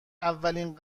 اولین